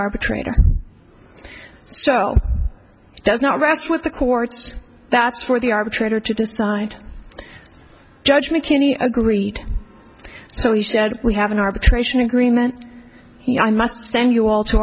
arbitrator so it does not rest with the courts that's for the arbitrator to decide judge mckinney agreed so he said we have an arbitration agreement i must send you all to